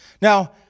Now